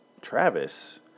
Travis